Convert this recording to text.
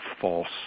false